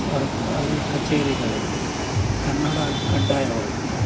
ಸರ್ಕಾರಿ ಕಚೇರಿಗಳಲ್ಲಿ ಕನ್ನಡ ಕಡ್ಡಾಯವಾಗಿದೆ